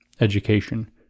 education